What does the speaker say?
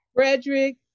Frederick